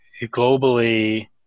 globally